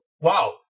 wow